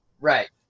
Right